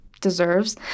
deserves